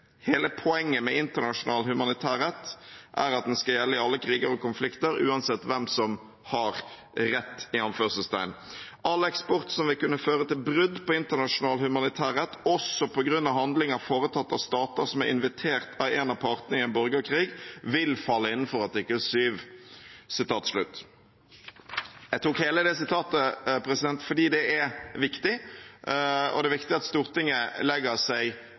Hele poenget med internasjonal humanitær rett er at den skal gjelde i alle kriger og konflikter uansett hvem som har «rett». All eksport som vil kunne føre til brudd på internasjonal humanitær rett, også på grunn av handlinger foretatt av stater som er invitert av en av partene i en borgerkrig, vil falle innenfor Artikkel 7.» Jeg tok hele sitatet fordi det er viktig. Det er viktig at Stortinget legger seg